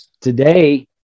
Today